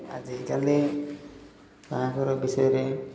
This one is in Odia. ଆଜିକାଲି ବାହାଘର ବିଷୟରେ